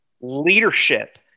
Leadership